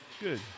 Good